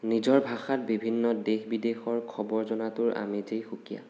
নিজৰ ভাষাত বিভিন্ন দেশ বিদেশৰ খবৰ জনাটোৰ আমেজেই সুকীয়া